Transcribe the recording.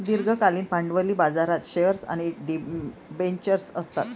दीर्घकालीन भांडवली बाजारात शेअर्स आणि डिबेंचर्स असतात